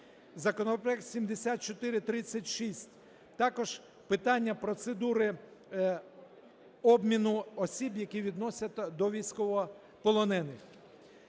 Законопроект 7436. Також питання процедури обміну осіб, які відносяться до військовополонених.